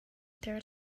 ter